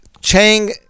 Chang